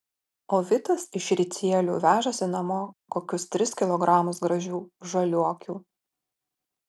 o vitas iš ricielių vežasi namo kokius tris kilogramus gražių žaliuokių